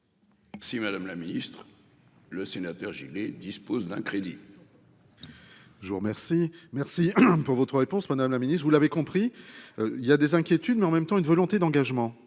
Si Madame la Ministre le sénateur Gilles dispose d'un crédit. Gens. Je vous remercie, merci pour votre réponse. Madame la Ministre vous l'avez compris. Il y a des inquiétudes, mais en même temps une volonté d'engagement